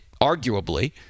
arguably